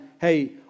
hey